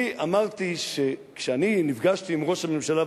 אני אמרתי שכשאני נפגשתי עם ראש הממשלה,